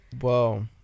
Whoa